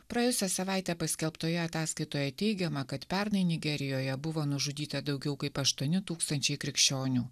praėjusią savaitę paskelbtoje ataskaitoje teigiama kad pernai nigerijoje buvo nužudyta daugiau kaip aštuoni tūkstančiai krikščionių